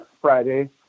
Friday